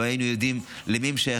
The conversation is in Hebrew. לא היינו יודעים מיהן.